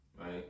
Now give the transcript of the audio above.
right